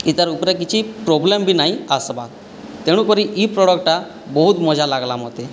ଏଇଟାର ଉପରେ କିଛି ପ୍ରୋବ୍ଲେମ୍ ବି ନାହିଁ ଆସିବାର ତେଣୁକରି ଏହି ପ୍ରଡକ୍ଟଟା ବହୁତ ମଜା ଲାଗିଲା ମୋତେ